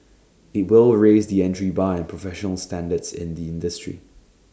IT will raise the entry bar and professional standards in the industry